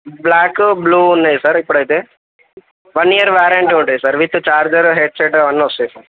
black blue ఉన్నాయి sir ఇప్పుడైతే one year warranty ఉంటుంది సార్ విత్ ఛార్జర్ హెడ్సెట్ అవన్నీ వస్తాయి సార్